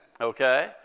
okay